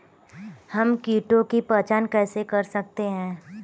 हम कीटों की पहचान कैसे कर सकते हैं?